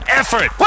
effort